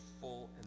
full